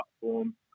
platform